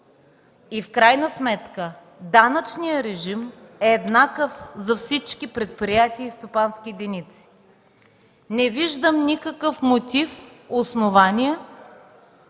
В крайна сметка данъчният режим е еднакъв за всички предприятия и стопански единици. Не виждам никакъв мотив-основания